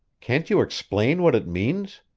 can't you explain what it means?